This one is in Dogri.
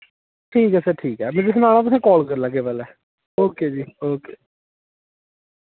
ठीक ऐ सर ठीक ऐ मैं जिस्लै आना तुसें काल कर लैगे पैह्लै ओके जी ओके